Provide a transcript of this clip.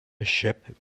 ship